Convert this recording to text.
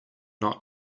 not